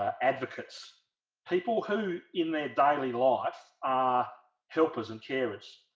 advocates people who in their daily life are helpers and carers